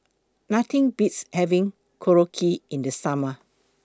Nothing Beats having Korokke in The Summer